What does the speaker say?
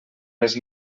les